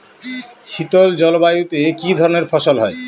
শীতল জলবায়ুতে কি ধরনের ফসল হয়?